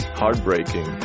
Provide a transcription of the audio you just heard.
heartbreaking